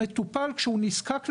המטופל, כשהוא נזקק למשהו,